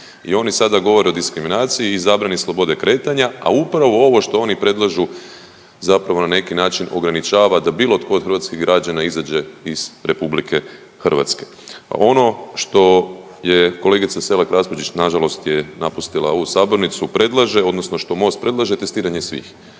I oni sada govore o diskriminaciji i zabrani slobode kretanja, a upravo ovo što oni predlažu zapravo na neki način ograničava da bilo tko od hrvatskih građana izađe iz RH. A ono što je kolegica Selak Raspudić, nažalost je napustila ovu sabornicu, predlaže odnosno što MOST predlaže testiranje svih.